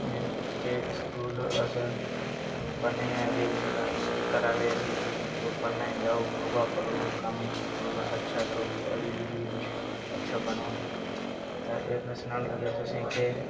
ओह् पत्थरा दी देई गेआ पिच्छुआं दी ते ओहदे कन्नै पंगा बनी गेआ ओह्दे चक्करा च में फसी गेआ